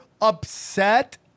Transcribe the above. upset